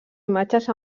imatges